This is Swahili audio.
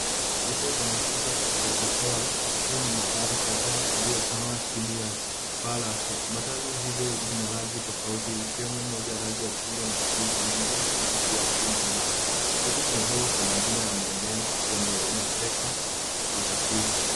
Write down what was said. Kituo cha mafuta cha Total kikiwa na magari kadhaa yaliyosimama chini ya paa lake. Matatu hizo zina rangi tofauti ikiwemo moja ya rangi ya chungwa na kijivu na nyingine ya rangi ya buluu na nyeupe . Zote zimebeba kwa majina ya maeneo yenye inapeleka wasafiri.